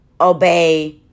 obey